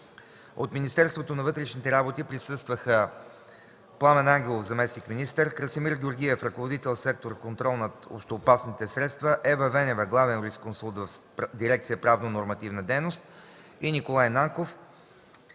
От Министерството на вътрешните работи присъстваха Пламен Ангелов – заместник-министър, Красимир Георгиев – ръководител сектор „Контрол над общоопасните средства”, Ева Венева – главен юрисконсулт в Дирекция „Правно-нормативна дейност”, и Николай Нанков